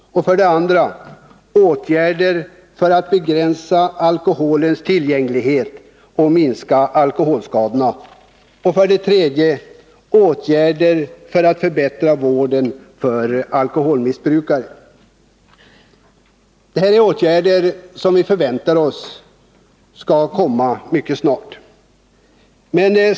2. Åtgärder för att begränsa alkoholens tillgänglighet och minska alkoholskadorna. Det här är åtgärder som vi förväntar oss skall komma mycket snart.